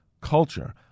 culture